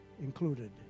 included